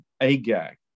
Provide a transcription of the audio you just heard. Agag